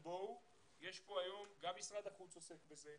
גם משרד החוץ עוסק בזה,